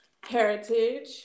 heritage